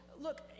look